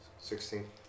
Sixteen